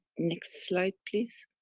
next slide please.